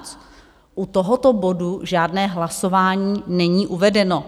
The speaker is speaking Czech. U tohoto bodu žádné hlasování není uvedeno.